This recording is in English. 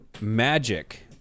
magic